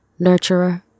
nurturer